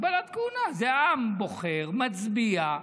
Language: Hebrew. הגבלת כהונה זה העם בוחר, מצביע,